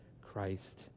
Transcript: Christ